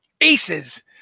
Aces